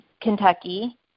Kentucky